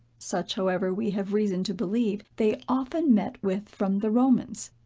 such, however we have reason to believe, they often met with from the romans,